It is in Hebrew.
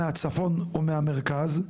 מהצפון או מהמרכז,